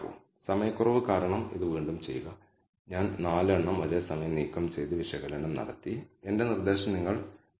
അതിനാൽ ഒരുപക്ഷേ നിങ്ങൾ ഈ ലീനിയർ t β0 ഉപയോഗിച്ച് വീണ്ടും ചെയ്യണം β1 ഉപയോഗിച്ച് മാത്രം നിങ്ങൾക്ക് വ്യത്യസ്തമായ ഒരു പരിഹാരം ലഭിക്കും നിങ്ങൾക്ക് വീണ്ടും പരീക്ഷിക്കാം